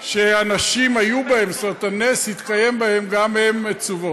שהנשים היו בהן, הנס התקיים בהן, גם הן מצוות.